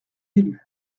élus